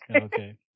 Okay